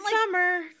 summer